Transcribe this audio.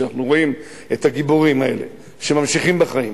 כשאנחנו רואים את הגיבורים האלה שממשיכים בחיים